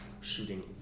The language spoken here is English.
shooting